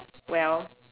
well